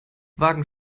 wagen